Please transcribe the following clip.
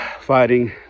Fighting